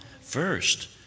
first